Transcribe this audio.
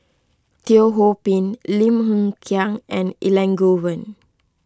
Teo Ho Pin Lim Hng Kiang and Elangovan